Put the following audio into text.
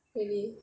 really